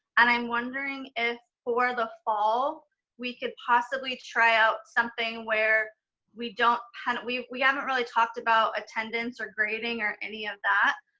and i'm wondering if for the fall we could possibly try out something where we don't have, we we haven't really talked about attendance or grading or any of that,